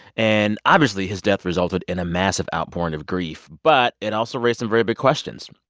and obviously, his death resulted in a massive outpouring of grief. but it also raised some very big questions.